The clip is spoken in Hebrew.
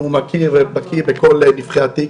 והוא בקיא בכל נבכי התיק,